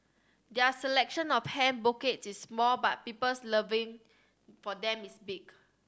their selection of hand bouquets is small but people's loving for them is big